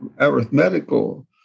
arithmetical